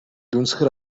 дүнсгэр